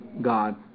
God